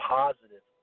positive